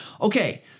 Okay